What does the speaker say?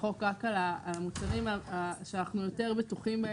החוק רק על המוצרים שאנחנו יותר בטוחים בהם,